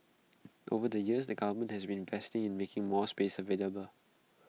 over the years the government has been investing in making more spaces available